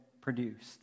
produced